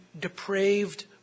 depraved